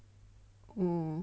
mm